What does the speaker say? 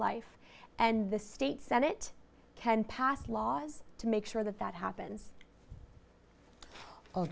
life and the state senate can pass laws to make sure that that happen